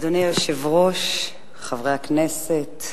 אדוני היושב-ראש, חברי הכנסת,